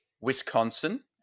Wisconsin